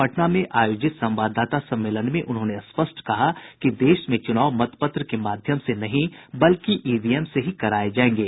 पटना में आयोजित संवाददाता सम्मेलन में उन्होंने स्पष्ट कहा कि देश में चुनाव मतपत्र के माध्यम से नहीं बल्कि ईवीएम से ही कराये जायेंगे